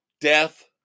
Death